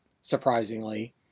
surprisingly